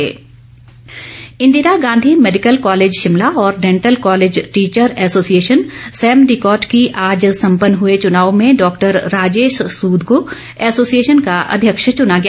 चुनाव Indira Gandhi medical college Shimla और dental college teacher association सैमडिकॉट के आज सम्पन्न चुनाव में डॉक्टर राजेश सूद को एसोसिएशन का अध्यक्ष चुना गया